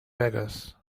begues